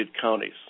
counties